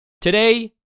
Today